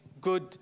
good